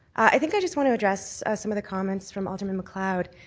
i think i just want to address some of the comments from alderman macleod.